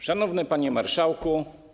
Szanowny Panie Marszałku!